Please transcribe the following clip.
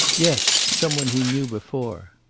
yes. some one he knew before.